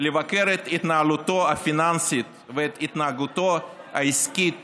לבקר את התנהלותו הפיננסית ואת התנהגותו העסקית